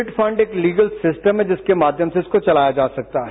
विटफंड एक legal system है जिसके माध्यम से उसको चलाया जा सकता है